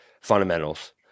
fundamentals